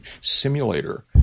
simulator